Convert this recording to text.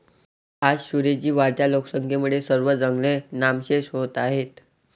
आज सुरेश जी, वाढत्या लोकसंख्येमुळे सर्व जंगले नामशेष होत आहेत